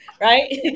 right